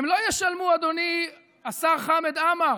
לא ישלמו, אדוני השר חמד עמאר,